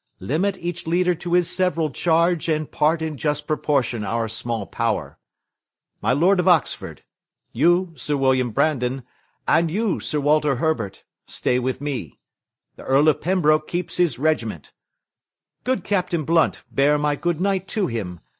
limit each leader to his several charge, and part in just proportion our small power my lord of oxford you, sir william brandon and you, sir walter herbert stay with me the earl of pembroke keeps his regiment good captain blunt, bear my good night to him,